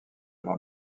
par